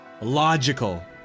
logical